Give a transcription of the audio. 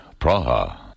Praha